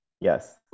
Yes